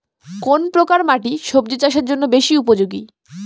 কোন প্রকার মাটি সবজি চাষে বেশি উপযোগী?